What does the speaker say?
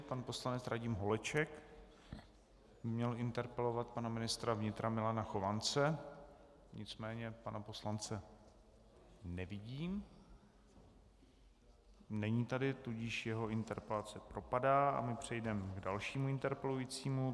Pan poslanec Radim Holeček měl interpelovat pana ministra vnitra Milana Chovance, nicméně pana poslance nevidím, není tady, tudíž jeho interpelace propadá a my přejdeme k dalšímu interpelujícímu.